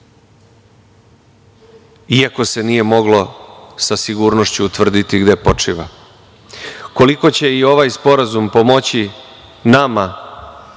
iako se nije moglo sa sigurnošću utvrditi gde počiva. Koliko će i ovaj sporazum pomoći nama,